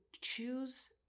choose